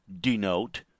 denote